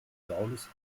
saulus